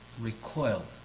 recoiled